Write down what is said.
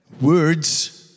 words